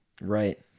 Right